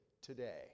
today